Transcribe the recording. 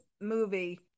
movie